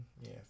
yes